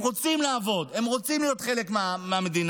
הם רוצים לעבוד, הם רוצים להיות חלק מהמדינה,